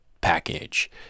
package